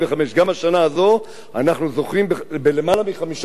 גם השנה הזאת אנחנו זוכים ביותר מ-15,000,